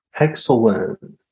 Excellent